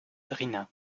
drina